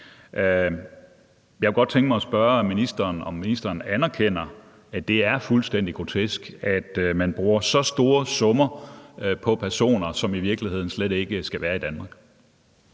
Jeg kunne godt tænke mig at spørge ministeren, om ministeren anerkender, at det er fuldstændig grotesk, at man bruger så store summer på personer, som i virkeligheden slet ikke skal være i Danmark.